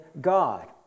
God